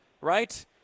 right